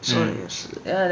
mmhmm